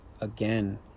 again